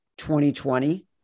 2020